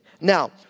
Now